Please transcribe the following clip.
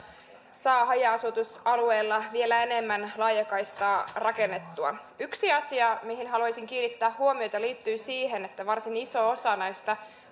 saa haja asutusalueilla vielä enemmän laajakaistaa rakennettua yksi asia mihin haluaisin kiinnittää huomiota liittyy siihen että varsin iso osa